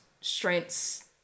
strengths